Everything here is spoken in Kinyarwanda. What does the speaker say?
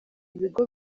ibigo